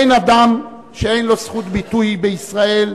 אין אדם שאין לו זכות ביטוי בישראל,